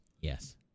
Yes